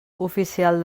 oficial